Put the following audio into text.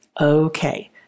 Okay